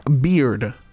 beard